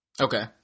Okay